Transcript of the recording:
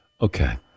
Okay